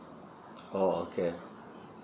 oh okay